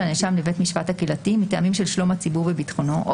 הנאשם לבית המשפט הקהילתי מטעמים של שלום הציבור וביטחונו או